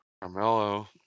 Carmelo